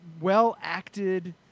well-acted